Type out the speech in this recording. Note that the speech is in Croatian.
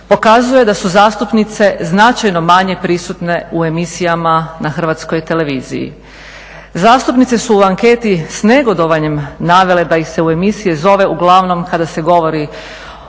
pokazuje da su zastupnice značajno manje prisutne u emisijama na HRT-u. zastupnice su u anketi s negodovanjem navele da ih se u emisije zove uglavnom kada se govori